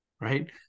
right